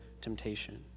temptation